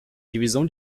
divisão